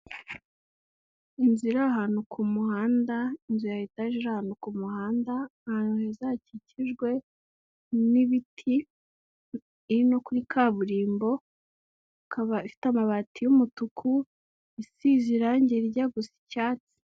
Inzu iri ahantu ku muhanda, inzu ya etaje iri ahantu ku muhanda, ahantu heza hakikijwe n'ibiti iri no kuri kaburimbo, ikaba ifite amabati y'umutuku isize irangi rijya gusa icyatsi.